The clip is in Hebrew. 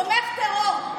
תומך טרור.